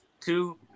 Two